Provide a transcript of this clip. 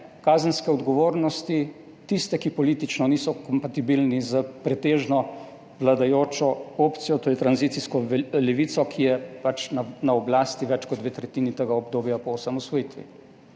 kazenske odgovornosti, tiste, ki politično niso kompatibilni s pretežno vladajočo opcijo, to je tranzicijsko levico, ki je pač na oblasti več kot dve tretjini tega obdobja po osamosvojitvi.